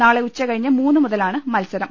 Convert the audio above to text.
നാളെ ഉച്ചകഴിഞ്ഞ് മൂന്നുമുത ലാണ് മത്സരം